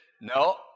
no